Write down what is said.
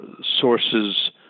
sources